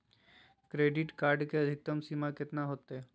Credit card के अधिकतम सीमा कितना होते?